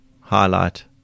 highlight